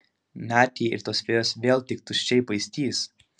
net jei ir tos fėjos vėl tik tuščiai paistys